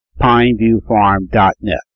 pineviewfarm.net